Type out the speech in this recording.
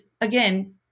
again